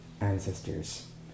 ancestors